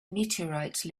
meteorite